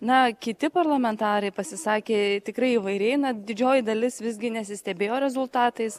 na kiti parlamentarai pasisakė tikrai įvairiai na didžioji dalis visgi nesistebėjo rezultatais